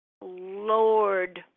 Lord